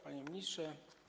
Panie Ministrze!